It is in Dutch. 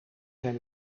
zijn